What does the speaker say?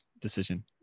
decision